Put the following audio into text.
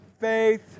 faith